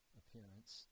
appearance